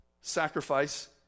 sacrifice